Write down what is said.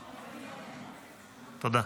תודה.